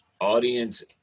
audience